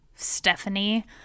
Stephanie